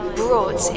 brought